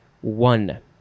one